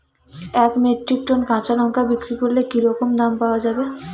এক metric ton কাঁচা লঙ্কা বিক্রি করলে কি রকম দাম পাওয়া যাবে?